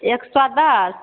एक सए दश